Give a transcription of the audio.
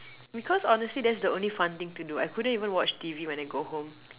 because honestly that's the only fun thing to do I couldn't even watch T V when I go home